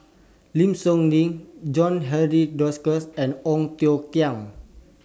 Lim Soo Ngee John Henry and Ong Tiong Khiam